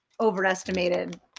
overestimated